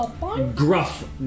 gruff